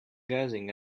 gazing